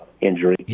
injury